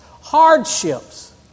hardships